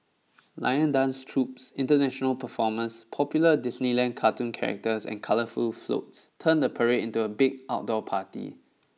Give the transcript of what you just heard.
lion dance troupes international performers popular Disneyland cartoon characters and colourful floats turn the parade into a big outdoor party